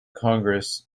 congress